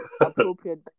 appropriate